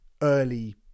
early